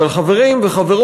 אבל, חברים וחברות,